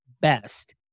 best